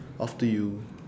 off to you